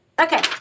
Okay